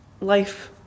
life